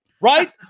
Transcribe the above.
right